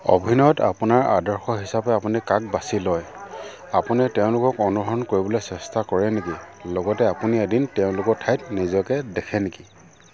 অভিনয়ত আপোনাৰ আদৰ্শ হিচাপে আপুনি কাক বাছি লয় আপুনি তেওঁলোকক অনুসৰণ কৰিবলৈ চেষ্টা কৰে নেকি লগতে আপুনি এদিন তেওঁলোকৰ ঠাইত নিজকে দেখে নেকি